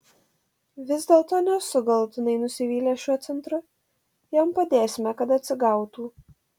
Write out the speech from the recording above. vis dėlto nesu galutinai nusivylęs šiuo centru jam padėsime kad atsigautų